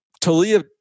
Talia